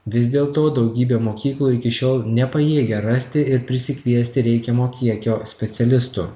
vis dėlto daugybė mokyklų iki šiol nepajėgia rasti ir prisikviesti reikiamo kiekio specialistų